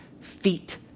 feet